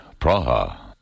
Praha